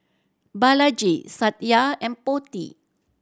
Balaji Satya and Potti